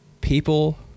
people